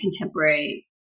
contemporary